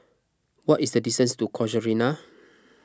what is the distance to Casuarina